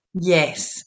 Yes